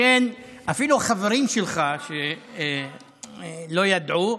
אפילו החברים שלך לא ידעו,